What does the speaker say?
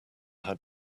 had